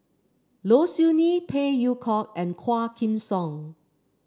Low Siew Nghee Phey Yew Kok and Quah Kim Song